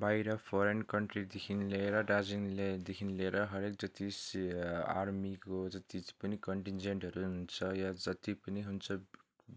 बाहिर फरेन कन्ट्रीदेखि लिएर दार्जिलिङलेदेखि लिएर हरेक जति आर्मीको जति पनि कन्टिन्जेन्टहरू हुन्छ या जति पनि हुन्छ